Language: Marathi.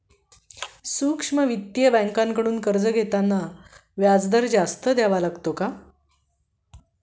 सूक्ष्म वित्तीय बँकांकडून कर्ज घेताना व्याजदर जास्त द्यावा लागतो का?